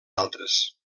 altres